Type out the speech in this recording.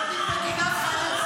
בסדר, אני אוסיף לך זמן.